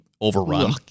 overrun